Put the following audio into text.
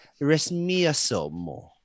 resmiasomo